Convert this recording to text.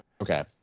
okay